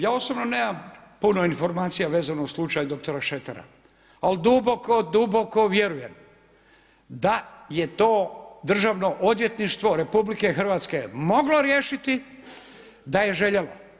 Ja osobno nemam puno informacija vezano uz slučaj doktora Šretera, ali duboko, duboko vjerujem, da je to Državno odvjetništvo RH moglo riješiti da je željelo.